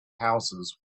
houses